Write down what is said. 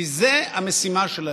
כי זו המשימה שלהם.